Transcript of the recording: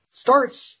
Starts